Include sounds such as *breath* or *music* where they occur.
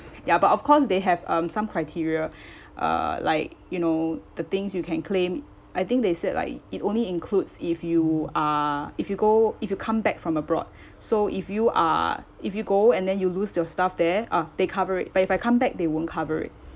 ya but of course they have um some criteria *breath* uh like you know the things you can claim I think they said like it only includes if you are if you go if you come back from abroad *breath* so if you are if you go and then you lose your stuff there uh they cover it but if I come back they won't cover it